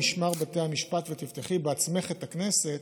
משמר בתי המשפט ותפתחי בעצמך את הכנסת,